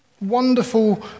Wonderful